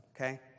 Okay